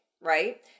right